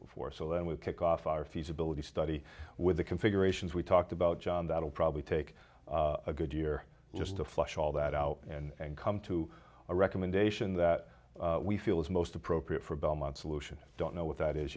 for so then we kick off our feasibility study with the configurations we talked about john that will probably take a good year just to flush all that out and come to a recommendation that we feel is most appropriate for belmont solution i don't know what that is